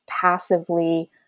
passively